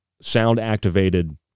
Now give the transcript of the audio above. sound-activated